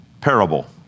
parable